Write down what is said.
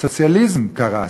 הסוציאליזם קרס,